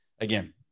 Again